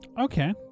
Okay